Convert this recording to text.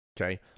okay